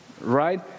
right